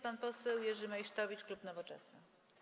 Pan poseł Jerzy Meysztowicz, klub Nowoczesna.